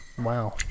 Wow